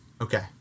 Okay